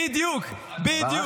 בדיוק, בדיוק.